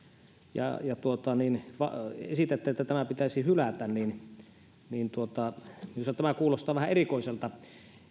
ja esitätte että tämä pitäisi hylätä minusta tämä kuulostaa vähän erikoiselta